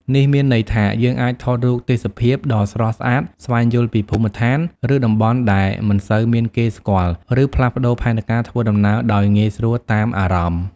នេះមានន័យថា យើងអាច ថតរូបទេសភាពដ៏ស្រស់ស្អាត ស្វែងយល់ពីភូមិឋាន ឬតំបន់ដែលមិនសូវមានគេស្គាល់ និងផ្លាស់ប្តូរផែនការធ្វើដំណើរដោយងាយស្រួលតាមអារម្មណ៍។